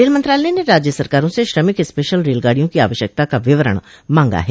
rail मंत्रालय ने राज्य सरकारों से श्रमिक स्पेशल रेलगाडियों की आवश्यकता का विवरण मांगा है